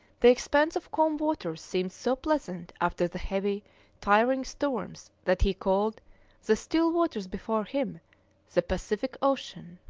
the expanse of calm waters seemed so pleasant after the heavy tiring storms that he called the still waters before him the pacific ocean.